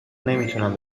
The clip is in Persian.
نمیتونم